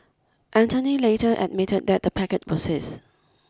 Anthony later admitted that the packet was his